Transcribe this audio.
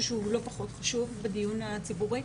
שאני חושבת שהוא לא פחות חשוב בדיון הציבורי.